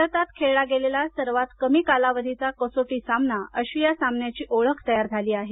भारतात खेळला गेलेला सर्वात कमी कालावधीचा कसोटी सामना अशी या सामन्याची ओळख तयार झाली आहे